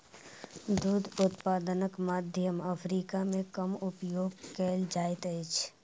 दूध उत्पादनक मध्य अफ्रीका मे कम उपयोग कयल जाइत अछि